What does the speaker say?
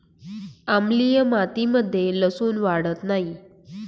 आम्लीय मातीमध्ये लसुन वाढत नाही